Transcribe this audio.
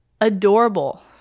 adorable